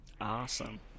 Awesome